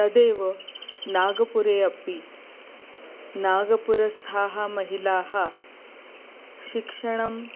तदेव नागपुरे अपि नागपुरस्थाः महिलाः शिक्षणम्